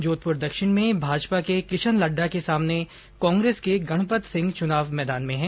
जोधपुर दक्षिण में भाजपा के किशन लड़ढ़ा के सामने कांग्रेस के गणपत सिंह चुनाव मैदान में हैं